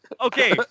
okay